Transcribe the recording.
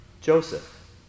Joseph